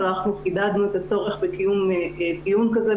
אבל חידדנו את הצורך בקיום דיון כזה,